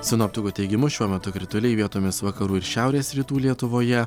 sinoptikų teigimu šiuo metu krituliai vietomis vakarų ir šiaurės rytų lietuvoje